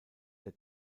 der